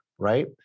right